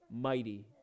mighty